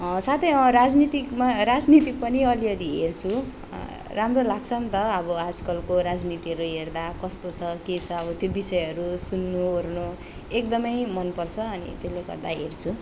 साथै अँ राजनीतिकमा राजनीतिक पनि अलिअलि हेर्छु राम्रो लाग्छ नि त अब आजकलको राजनीतिहरू हेर्दा कस्तो छ के छ अब त्यो विषयहरू सुन्नु ओर्नु एकदमै मनपर्छ अनि त्यसले गर्दा हेर्छु